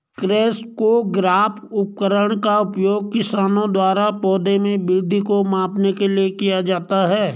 crescograph उपकरण का उपयोग किसानों द्वारा पौधों में वृद्धि को मापने के लिए किया जाता है